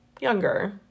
Younger